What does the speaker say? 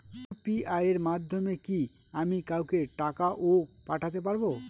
UPI এর মাধ্যমে কি আমি কাউকে টাকা ও পাঠাতে পারবো?